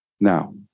now